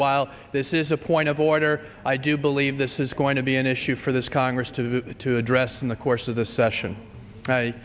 while this is a point of order i do believe this is going to be an issue for this congress to to address in the course of the session